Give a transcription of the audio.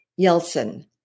yeltsin